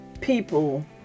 people